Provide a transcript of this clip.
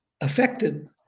affected